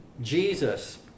Jesus